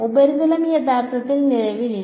ഉപരിതലം യഥാർത്ഥത്തിൽ നിലവിലില്ല